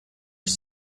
his